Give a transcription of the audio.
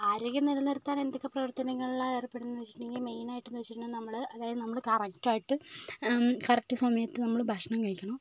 ആരോഗ്യം നിലനിർത്താൻ എന്തൊക്കെ പ്രവർത്തനങ്ങളിലാണ് ഏർപ്പെടുന്നത് വെച്ചിട്ടുണ്ടെങ്കിൽ മെയിനായിട്ടെന്ന് വെച്ചിട്ടുണ്ടെങ്കിൽ നമ്മൾ അതായത് നമ്മൾ കറക്റ്റായിട്ട് കറക്ട് സമയത്ത് നമ്മൾ ഭക്ഷണം കഴിക്കണം